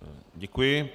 Děkuji.